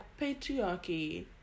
patriarchy